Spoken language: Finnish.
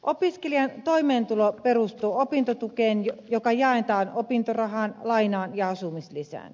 opiskelijan toimeentulo perustuu opintotukeen joka jaetaan opintorahaan lainaan ja asumislisään